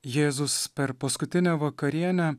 jėzus per paskutinę vakarienę